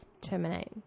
terminate